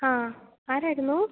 ആ ആരായിരുന്നു